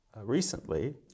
recently